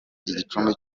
igicumbi